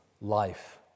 life